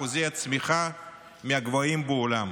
אחוזי צמיחה מהגבוהים בעולם.